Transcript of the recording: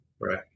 Right